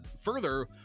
further